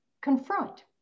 confront